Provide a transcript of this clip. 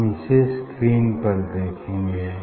हम इसे स्क्रीन पर देखेंगे